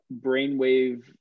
brainwave